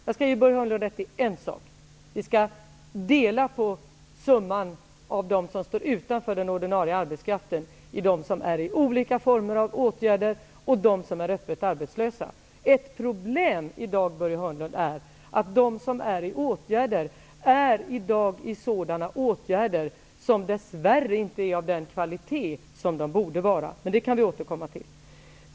Jag skall ge Börje Hörnlund rätt i en sak: vi skall dela upp summan av dem som står utanför den ordinarie arbetsmarknaden, nämligen i dem som omfattas av olika former av åtgärder och i dem som är öppet arbetslösa. Ett problem är att de åtgärder som många omfattas av i dag dess värre inte är av den kvalitet som de borde vara. Det kan vi återkomma till.